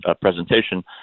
presentation